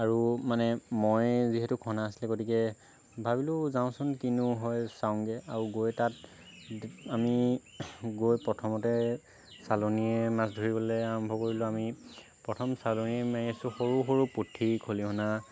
আৰু মানে মইয়ে যিহেতু খনা আছিলে গতিকে ভাবিলো যাওচোন কিনো হয় চাওগে আৰু গৈ তাত আমি গৈ প্ৰথমতে চালনীৰে মাছ ধৰিবলে আৰম্ভ কৰিলো আমি প্ৰথম চালনীৰে মাৰি আছো সৰু সৰু পুঠি খলিহনা